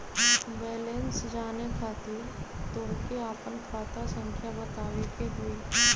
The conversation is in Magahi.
बैलेंस जाने खातिर तोह के आपन खाता संख्या बतावे के होइ?